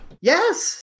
Yes